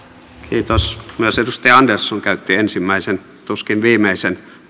myös edustaja andersson käytti ensimmäisen tuskin viimeisen